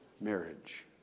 marriage